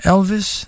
Elvis